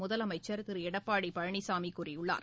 முதலமைச்சர் திரு எடப்பாடி பழனிசாமி கூறியுள்ளார்